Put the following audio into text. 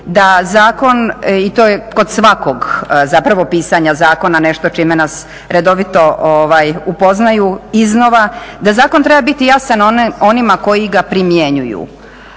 da zakon i to je kod svakog zapravo pisanja zakona, nešto čime nas redovito upoznaju iznova, da zakon treba biti jasan onima koji ga primjenjuju,